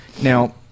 Now